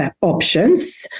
options